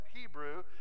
Hebrew